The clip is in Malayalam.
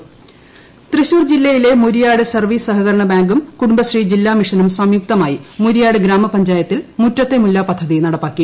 മുറ്റത്തെ മുല്ല തൃശ്ശൂർ ജില്ലയിലെ മുരിയാട് സർവീസ് സഹകരണ ബാങ്കും കുടുംബശ്രീ ജില്ലാ മിഷനും സംയുക്തമായി മുരിയാട് ഗ്രാമപഞ്ചായത്തിൽ മുറ്റത്തെ മുല്ല പദ്ധതി നടപ്പിലാക്കി